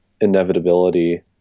inevitability